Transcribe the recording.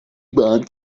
bahn